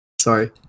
Sorry